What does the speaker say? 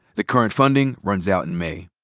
the current funding runs out in may.